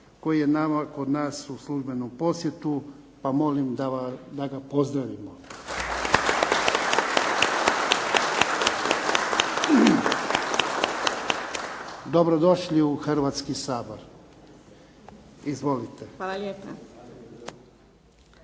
koji je kod nas u službenom posjetu pa molim da ga pozdravimo. /Pljesak./ Dobrodošli u Hrvatski sabor. Izvolite. **Hursa,